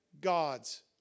God's